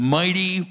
mighty